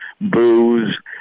booze